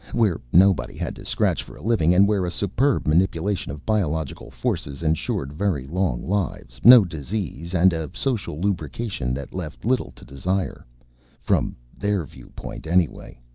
where nobody had to scratch for a living and where a superb manipulation of biological forces ensured very long lives, no disease, and a social lubrication that left little to desire from their viewpoint, anyway.